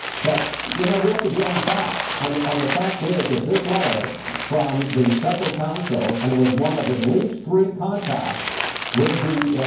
but you know, we have to deal in facts. and, and the fact is that this letter from the special counsel and it was one of, at least three contacts with the,